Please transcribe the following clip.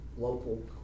local